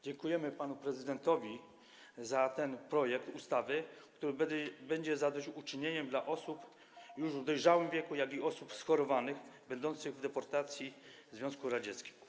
Dziękujemy panu prezydentowi za ten projekt ustawy, który będzie zadośćuczynieniem zarówno dla osób już w dojrzałym wieku, jak i osób schorowanych, przebywających na deportacji w Związku Radzieckim.